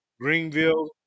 Greenville